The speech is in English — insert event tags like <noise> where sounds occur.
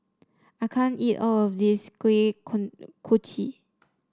I can't eat all of this Kuih <unintelligible> Kochi